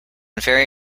very